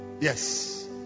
yes